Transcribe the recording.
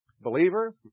believer